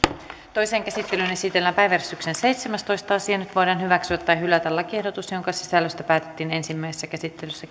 toiseen käsittelyyn esitellään päiväjärjestyksen seitsemästoista asia nyt voidaan hyväksyä tai hylätä lakiehdotus jonka sisällöstä päätettiin ensimmäisessä käsittelyssä